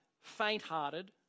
faint-hearted